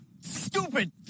stupid